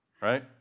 right